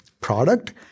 product